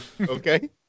Okay